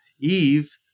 Eve